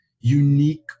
unique